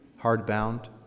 hardbound